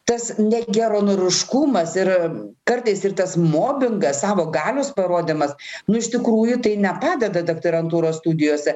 tas negeranoriškumas ir kartais ir tas mobingas savo galios parodymas nu iš tikrųjų tai nepadeda daktarantūros studijose